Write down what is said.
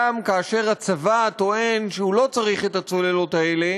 גם כאשר הצבא טוען שהוא לא צריך את הצוללות האלה,